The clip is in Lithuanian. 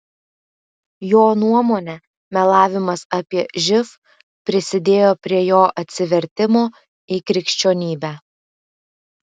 jo nuomone melavimas apie živ prisidėjo prie jo atsivertimo į krikščionybę